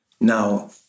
Now